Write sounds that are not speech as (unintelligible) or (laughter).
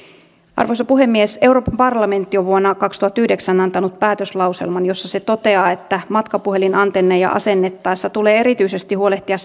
arvoisa puhemies euroopan parlamentti on vuonna kaksituhattayhdeksän antanut päätöslauselman jossa se toteaa että matkapuhelinantenneja asennettaessa tulee erityisesti huolehtia (unintelligible)